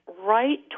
right